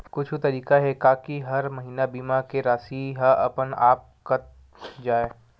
कुछु तरीका हे का कि हर महीना बीमा के राशि हा अपन आप कत जाय?